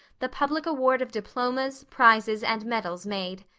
the public award of diplomas, prizes and medals made.